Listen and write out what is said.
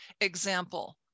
example